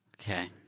Okay